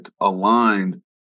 aligned